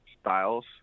styles